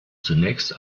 zunächst